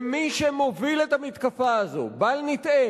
ומי שמוביל את המתקפה הזאת, בל נטעה,